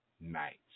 nights